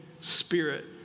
spirit